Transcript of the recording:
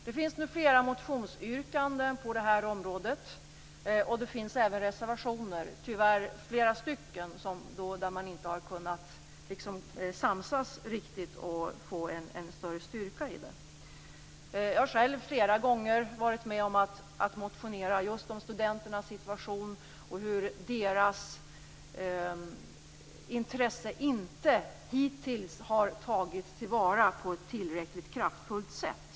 Det finns nu flera motionsyrkanden på detta område och även reservationer. Tyvärr finns det flera reservationer eftersom man inte har kunnat samsats riktigt och få en större styrka bakom. Jag har själv flera gånger motionerat just om studenternas situation och om hur deras intresse hittills inte har tagits till vara på ett tillräckligt kraftfullt sätt.